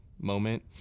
moment